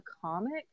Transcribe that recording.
comic